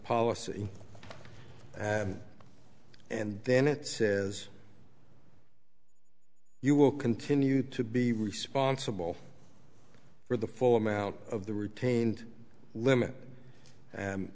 policy and and then it says you will continue to be responsible for the full amount of the retained limit